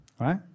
right